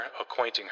acquainting